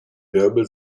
wirbel